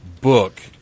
book